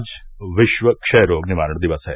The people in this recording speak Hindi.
आज विश्व क्षयरोग निवारण दिवस है